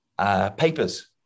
papers